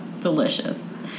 Delicious